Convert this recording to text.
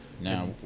Now